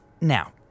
Now